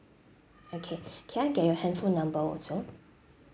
okay can I get your hand phone number also